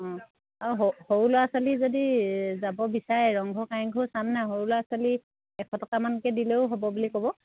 অঁ আৰু সৰু সৰু ল'ৰা ছোৱালী যদি যাব বিচাৰে ৰংঘৰ কাৰেংঘৰ চাম নাই সৰু ল'ৰা ছোৱালী এশ টকামানকৈ দিলেও হ'ব বুলি ক'ব